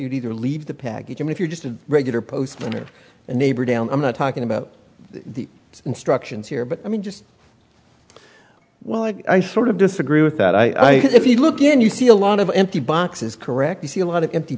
you'd either leave the package and if you're just a regular postman or a neighbor down i'm not talking about the instructions here but i mean just well i sort of disagree with that i think if you look in you see a lot of empty boxes correct you see a lot of empty